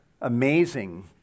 amazing